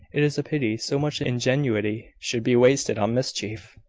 it is a pity so much ingenuity should be wasted on mischief.